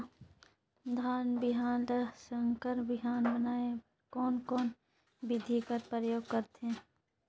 धान बिहान ल संकर बिहान बनाय बर कोन कोन बिधी कर प्रयोग करथे?